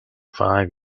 five